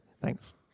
thanks